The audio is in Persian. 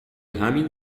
همین